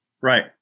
Right